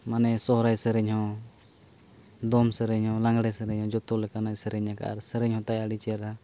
ᱢᱟᱱᱮ ᱥᱚᱦᱨᱟᱭ ᱥᱮᱨᱮᱧ ᱦᱚᱸ ᱫᱚᱝ ᱥᱮᱨᱮᱧ ᱦᱚᱸ ᱞᱟᱜᱽᱬᱮ ᱥᱮᱨᱮᱧ ᱦᱚᱸ ᱡᱚᱛᱚ ᱞᱮᱠᱟᱱᱟᱜ ᱥᱮᱨᱮᱧ ᱟᱠᱟᱫᱟᱭ ᱥᱮᱨᱮᱧ ᱦᱚᱸ ᱛᱟᱭ ᱟᱹᱰᱤ ᱪᱮᱦᱨᱟ